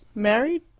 married?